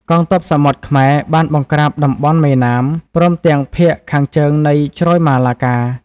កងទ័ពសមុទ្រ ខ្មែរ បានបង្ក្រាបតំបន់មេណាម ព្រមទាំងភាគខាងជើងនៃជ្រោយម៉ាឡាកា។